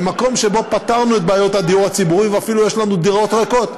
במקום שבו פתרנו את בעיות הדיור הציבורי ואפילו יש לנו דירות ריקות.